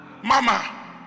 Mama